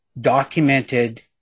documented